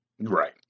right